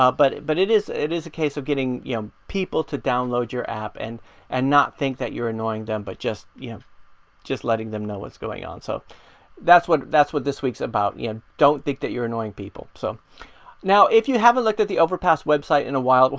um but but it is it is a case of getting you know people to download your app and and not think that you're annoying them but just yeah just letting them know what's going on. so that's what that's what this week's about, yeah don't think that you're annoying people. so now if you haven't looked at the overpass website in a while,